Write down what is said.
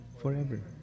Forever